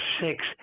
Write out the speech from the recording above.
six